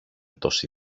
τόση